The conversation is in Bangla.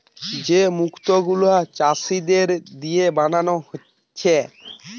যে মুক্ত গুলা চাষীদের দিয়ে বানানা হচ্ছে